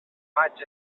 maig